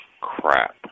crap